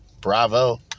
Bravo